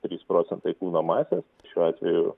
trys procentai kūno masės šiuo atveju